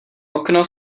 okno